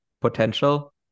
potential